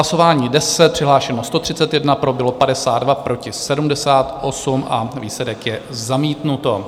Hlasování 10, přihlášeno 131, pro bylo 52, proti 78 a výsledek je: zamítnuto.